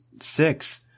six